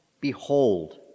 behold